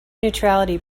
neutrality